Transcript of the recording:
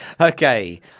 Okay